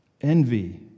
Envy